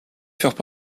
furent